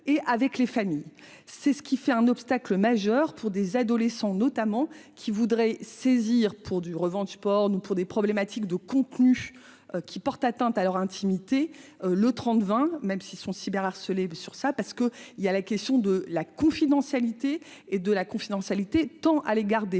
C'est ce qui fait un obstacle majeur pour des adolescents notamment qui voudraient saisir pour du Revenge porn ou pour des problématiques de contenus qui porte atteinte à leur intimité, le 30 20, même si son cyber. Sur ça parce que il y a la question de la confidentialité et de la confidentialité, tant à l'égard